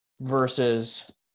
versus